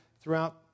throughout